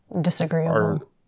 disagreeable